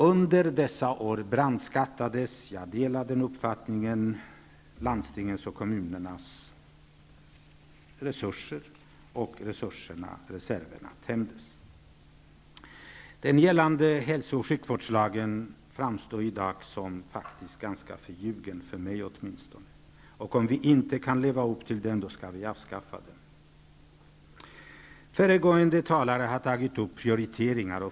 Under dessa år brandskattades landstingens och kommunernas resurser. Jag delar den uppfattningen. Reserverna tömdes. Den gällande hälso och sjukvårdslagen framstår i dag som ganska förljugen, åtminstone för mig. Om vi inte kan leva upp till den, skall vi avskaffa den. Föregående talare har tagit upp prioriteringar.